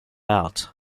out